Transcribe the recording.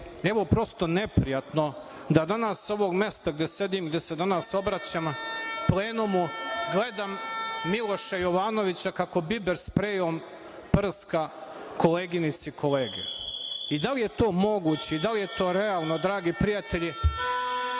je prosto neprijatno da danas sa ovog mesta gde sedim i gde se danas obraćam, u plenumu gledam Miloša Jovanovića kako biber sprejom prska koleginice i kolege. Da li je to moguće i da li je to realno, dragi prijatelji,